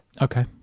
okay